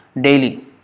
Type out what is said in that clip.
daily